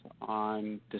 on